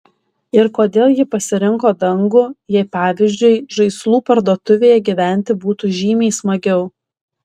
ir kodėl ji pasirinko dangų jei pavyzdžiui žaislų parduotuvėje gyventi būtų žymiai smagiau